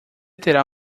terá